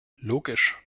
logisch